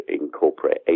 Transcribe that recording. incorporate